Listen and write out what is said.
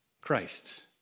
Christ